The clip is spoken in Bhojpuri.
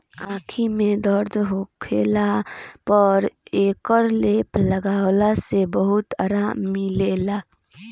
आंखी में दर्द होखला पर एकर लेप लगवला से बहुते आराम मिलेला